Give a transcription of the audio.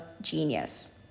genius